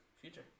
future